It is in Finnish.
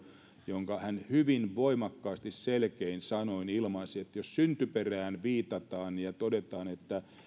jossa hän hyvin voimakkaasti selkein sanoin ilmaisi että jos syntyperään viitataan ja todetaan että